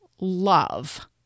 love